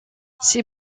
ces